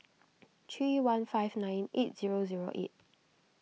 three one five nine eight zero zero eight